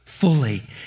fully